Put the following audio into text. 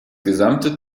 gesamte